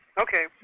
Okay